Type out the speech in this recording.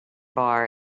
bar